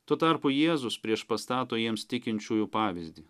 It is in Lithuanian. tuo tarpu jėzus priešpastato jiems tikinčiųjų pavyzdį